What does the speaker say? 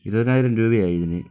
ഇരുപതിനായിരം രൂപയായി ഇതിന്